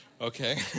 Okay